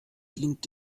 dient